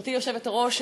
גברתי היושבת-ראש,